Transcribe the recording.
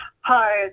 Hi